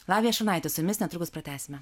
lavija šurnaitė su jumis netrukus pratęsime